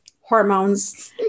hormones